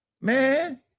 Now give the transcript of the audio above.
Man